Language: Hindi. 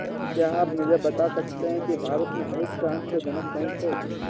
क्या आप मुझे बता सकते हैं कि भारत में हरित क्रांति के जनक कौन थे?